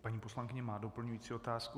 Paní poslankyně má doplňují otázku.